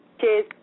Cheers